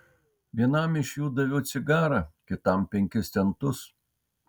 vienam iš jų daviau cigarą kitam penkis centus